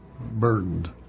burdened